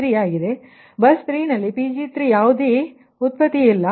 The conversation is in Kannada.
ಆದ್ದರಿಂದ ಬಸ್ 3 ನಲ್ಲಿ Pg3 ಯಾವುದೇPg3ಜನರೇಶನ್ ಇರುವುದಿಲ್ಲ